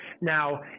Now